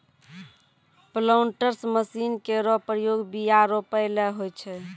planters machine केरो प्रयोग बीया रोपै ल होय छै